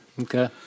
Okay